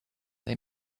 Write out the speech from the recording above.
they